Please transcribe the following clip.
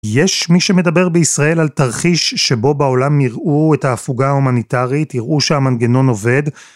יש מי שמדבר בישראל על תרחיש שבו בעולם יראו את ההפוגה ההומניטרית, יראו שהמנגנון עובד.